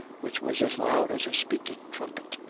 which was as loud as a speaking-trumpet,